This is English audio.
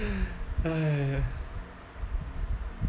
!haiya!